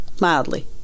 mildly